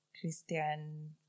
Christian